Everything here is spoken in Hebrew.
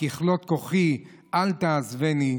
"ככלות כֹּחי אל תעזבני",